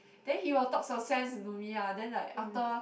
then he will talk so sense to me ah then like utter